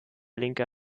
linke